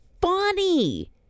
funny